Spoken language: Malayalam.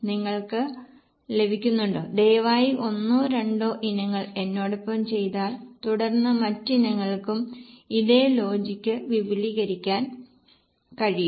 നിങ്ങൾക്ക് ലഭിക്കുന്നുണ്ടോ ദയവായി ഒന്നോ രണ്ടോ ഇനങ്ങൾ എന്നോടൊപ്പം ചെയ്താൽ തുടർന്ന് മറ്റ് ഇനങ്ങൾക്കും ഇതേ ലോജിക്ക് വിപുലീകരിക്കാൻ കഴിയും